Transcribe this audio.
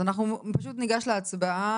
אז אנחנו פשוט ניגש להצבעה